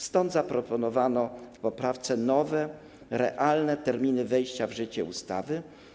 Stąd zaproponowano w poprawce nowe, realne terminy wejścia w życie ustawy.